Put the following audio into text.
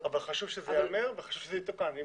שזה ייאמר וחשוב שזה יתוקן.